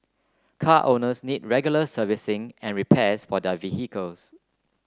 car owners need regular servicing and repairs for their vehicles